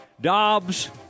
Dobbs